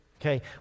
okay